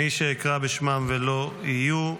מי שאקרא בשמם ולא יהיו,